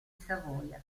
savoia